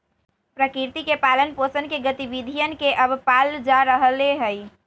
प्रकृति के पालन पोसन के गतिविधियन के अब पाल्ल जा रहले है